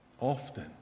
often